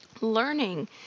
learning